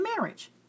marriage